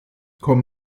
komm